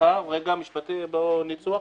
סליחה, רגע, משפטי, ניסוח.